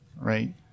right